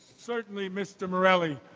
certainly, mr. morelle.